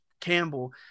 Campbell